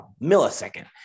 millisecond